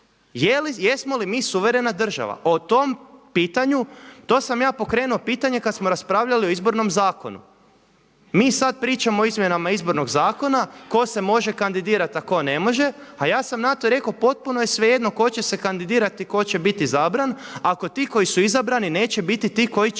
Jesmo li mi suverena država? O tom pitanju, to sam ja pokrenuo pitanje kada smo raspravljali o Izbornom zakonu. Mi sada pričamo o izmjenama Izbornog zakona tko se može kandidirati a tko ne može a ja sam na to rekao, potpuno je svejedno tko će se kandidirati i tko će biti izabran ako ti koji su izabrani neće biti ti koji će